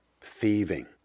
thieving